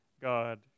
God